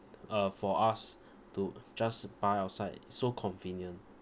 uh for us to just buy outside so convenient